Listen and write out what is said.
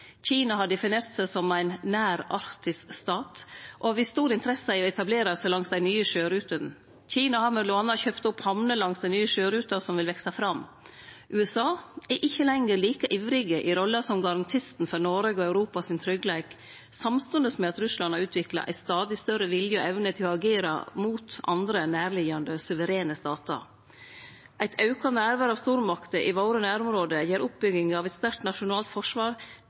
Kina har definert seg som ein nær arktisk stat og vist stor interesse for å etablere seg langs dei nye sjørutene. Kina har m.a. kjøpt opp hamner langs den nye sjøruta som vil vekse fram. USA er ikkje lenger like ivrig i rolla som garantisten for Noreg og Europas tryggleik, samstundes med at Russland har utvikla ein stadig større vilje og evne til å agere mot andre nærliggjande og suverene statar. Eit auka nærvær av stormakter i våre nærområde gjer oppbygging av eit sterkt nasjonalt forsvar